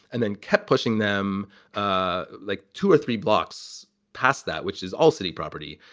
and then kept pushing them ah like two or three blocks past that, which is all city property.